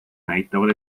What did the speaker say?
näitavad